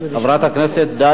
חברת הכנסת דליה.